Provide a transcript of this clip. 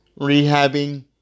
rehabbing